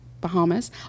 Bahamas